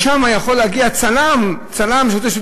שם יכול להגיע צלם צלם ברשות השידור